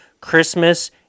Christmas